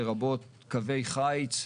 לרבות קווי חיץ.